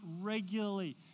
regularly